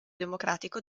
democratico